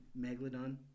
Megalodon